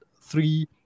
three